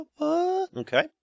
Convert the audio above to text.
Okay